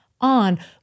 on